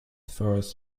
forests